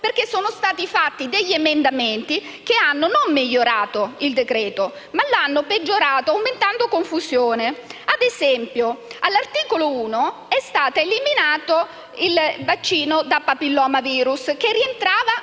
perché sono stati approvati degli emendamenti che non hanno migliorato il decreto-legge, ma lo hanno anzi peggiorato, aumentando la confusione. Ad esempio, all'articolo 1 è stato eliminato il vaccino per il *papilloma virus*, che rientrava